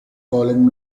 calling